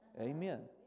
Amen